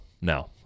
No